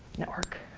network.